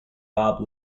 bob